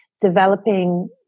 developing